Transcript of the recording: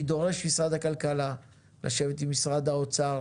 אני דורש ממשרד הכלכלה לשבת עם משרד האוצר